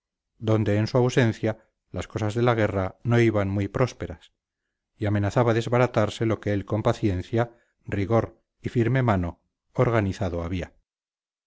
donde en su ausencia las cosas de la guerra no iban muy prósperas y amenazaba desbaratarse lo que él con paciencia rigor y firme mano organizado había